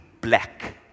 black